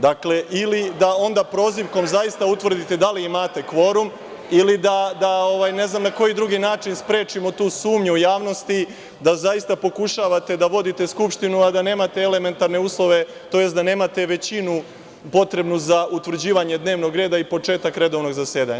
Dakle, ili da onda prozivkom zaista utvrdite da li imate kvorum ili ne znam na koji drugi način sprečimo tu sumnju u javnosti da zaista pokušavate da vodite Skupštinu, a da nemate elementarne uslove to jest da nemate većinu potrebnu za utvrđivanje dnevnog reda i početak redovnog zasedanja.